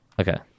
Okay